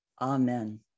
Amen